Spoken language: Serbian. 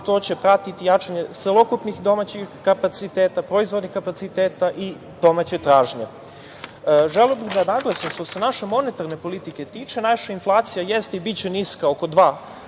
a to će pratiti jačanje celokupnih domaćih kapaciteta, proizvodnih kapaciteta i domaće tražnje. Što se naše monetarne politike tiče, naša inflacija jeste i biće niska, oko 2%.